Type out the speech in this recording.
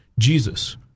Jesus